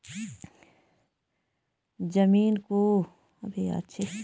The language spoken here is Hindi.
ज़मीन को ज़मानत के तौर पर ऋण की राशि मिल सकती है इसकी क्या प्रोसेस है?